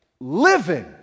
living